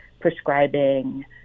prescribing